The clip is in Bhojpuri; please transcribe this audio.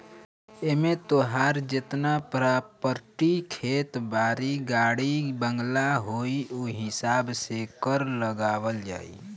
एमे तोहार जेतना प्रापर्टी खेत बारी, गाड़ी बंगला होई उ हिसाब से कर लगावल जाई